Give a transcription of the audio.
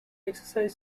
exercise